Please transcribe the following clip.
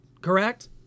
correct